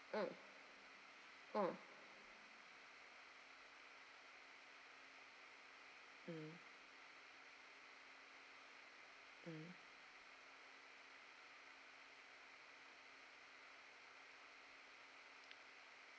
mm mm mm mm